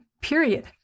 Period